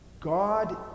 God